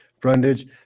Brundage